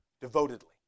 devotedly